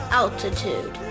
altitude